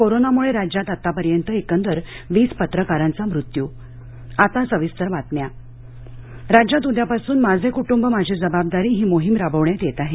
कोरोनामुळे राज्यात आतापर्यंत एकंदर वीस पत्रकारांचा मृत्यु मख्यमंत्री राज्यात उद्यापासून माझे कुटुंब माझी जबाबदारी ही मोहिम राबविण्यात येत आहे